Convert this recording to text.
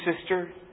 sister